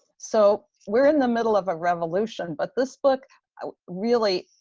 so we're in the middle of a revolution, but this book really,